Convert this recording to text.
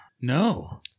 No